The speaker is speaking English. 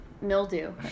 mildew